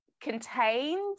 contained